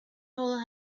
hole